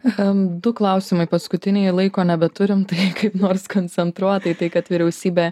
du klausimai paskutiniai laiko nebeturim tai kaip nors koncentruotai tai kad vyriausybė